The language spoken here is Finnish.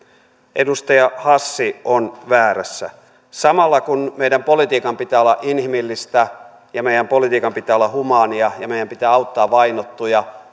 edustaja hassi on väärässä samalla kun meidän politiikan pitää olla inhimillistä ja meidän politiikan pitää olla humaania ja meidän pitää auttaa vainottuja